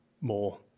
more